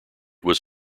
was